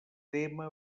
tema